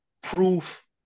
proof